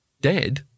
Dead